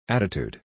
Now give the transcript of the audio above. Attitude